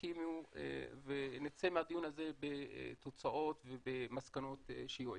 יחכימו ונצא מהדיון הזה בתוצאות ובמסקנות שיועילו.